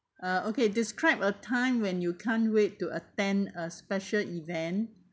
uh okay describe a time when you can't wait to attend a special event